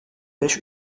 beş